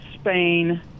Spain